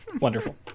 Wonderful